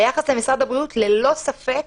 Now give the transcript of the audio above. ביחס למשרד הבריאות, ללא ספק,